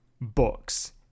books